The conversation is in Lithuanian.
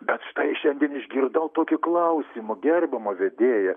bet štai šiandien išgirdau tokį klausimą gerbiama vedėja